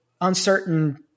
uncertain